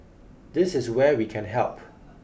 this is where we can help